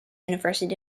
university